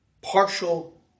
partial